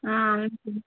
అవును సార్